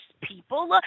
people